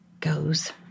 goes